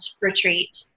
retreat